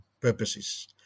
purposes